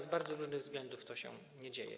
Z bardzo różnych względów to się nie dzieje.